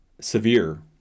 severe